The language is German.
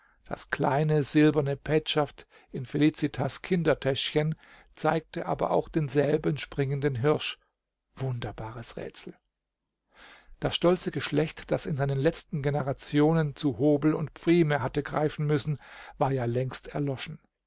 das kleine silberne petschaft in felicitas kindertäschchen zeigte aber auch denselben springenden hirsch wunderbares rätsel das stolze geschlecht das in seinen letzten generationen zu hobel und pfrieme hatte greifen müssen war ja längst erloschen